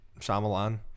Shyamalan